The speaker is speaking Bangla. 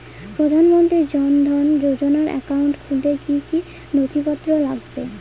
প্রধানমন্ত্রী জন ধন যোজনার একাউন্ট খুলতে কি কি নথিপত্র লাগবে?